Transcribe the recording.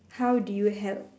how do you help